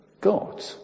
God